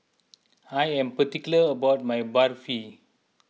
I am particular about my Barfi